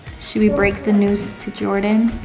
should we break the news to jordan?